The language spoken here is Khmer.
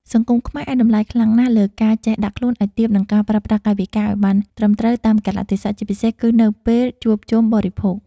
សង្គមខ្មែរឱ្យតម្លៃខ្លាំងណាស់លើការចេះដាក់ខ្លួនឱ្យទាបនិងការប្រើប្រាស់កាយវិការឱ្យបានត្រឹមត្រូវតាមកាលៈទេសៈជាពិសេសគឺនៅពេលជួបជុំបរិភោគ។